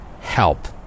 help